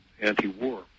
anti-war